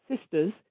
sisters